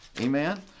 Amen